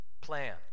plan